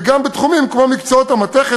וגם בתחומים כמו מקצועות המתכת,